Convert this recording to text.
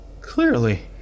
Clearly